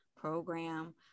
program